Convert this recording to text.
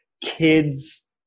kids